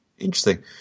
Interesting